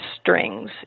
strings